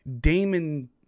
Damon